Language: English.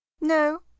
No